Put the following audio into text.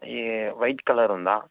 ఈ white colour ఉందా